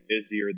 busier